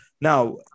Now